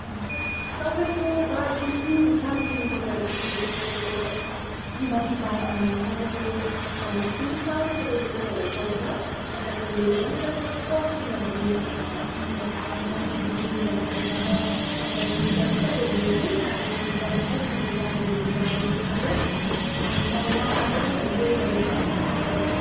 हजुर तपाईँको दार्जिलिङ दार्जिलिङ बजारदेखिको तपाईँको दस बाह्र तपाईँको तिन चार किलोमिटरहरू पर्छ तपाईँ हिँडेर पनि जानु सक्छ किनभने यस्तो मान्छेको भिड भएकोले गर्दा तपाईँ जति सक्दो हिँडेर नै जानुपर्छ किनभने गाडीहरू जाँदैन उकालो अनि तपाईँ रक गार्डनहरू गयो भने अलिक टाढो पर्छ